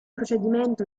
procedimento